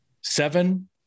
Seven